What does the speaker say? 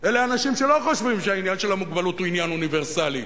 אלה אנשים שלא חושבים שהעניין של המוגבלות הוא עניין אוניברסלי,